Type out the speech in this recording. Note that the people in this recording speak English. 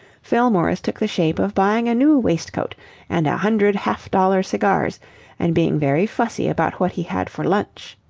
fillmore's took the shape of buying a new waistcoat and a hundred half-dollar cigars and being very fussy about what he had for lunch.